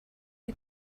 you